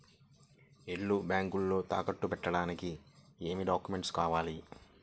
ఇల్లు బ్యాంకులో తాకట్టు పెట్టడానికి ఏమి డాక్యూమెంట్స్ కావాలి?